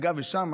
אגב, שם